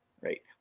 right